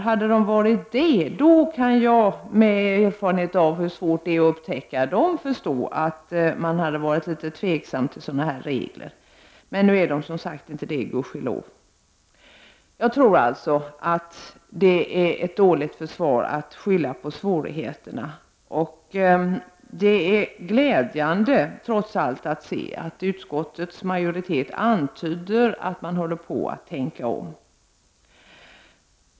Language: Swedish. Hade de varit det skulle jag mot bakgrund av hur svårt det är att upptäcka dem förstå att man är litet tveksam till sådana här regler. Så är tack och lov inte fallet. Jag tror således att det är ett dåligt försvar att skylla på svårigheterna. Det är glädjande att trots allt se att utskottsmajoriteten antyder att man håller på att tänka om.